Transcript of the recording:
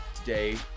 Day